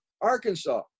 Arkansas